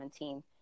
2017